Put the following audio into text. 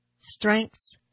strengths